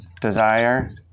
desire